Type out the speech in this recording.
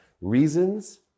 reasons